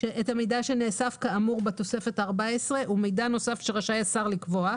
המידע שנאסף כאמור בתוספת הארבע עשרה ומידע נוסף שרשאי השר לקבוע,